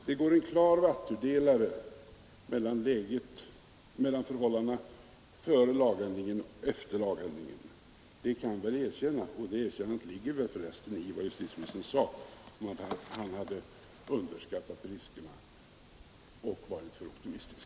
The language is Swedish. Det går en klar vattendelare mellan förhållan dena före lagändringen och förhållandena efter lagändringen. Det kan vi väl erkänna; och ett sådant erkännande ligger förresten i vad justitieministern sade om att han hade underskattat riskerna och varit för optimistisk.